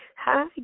Hi